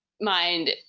mind